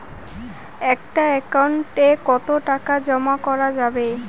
একটা একাউন্ট এ কতো টাকা জমা করা যাবে?